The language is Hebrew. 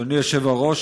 אדוני היושב-ראש,